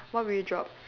what will you drop